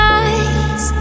eyes